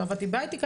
לא עבדתי בהייטק,